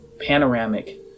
panoramic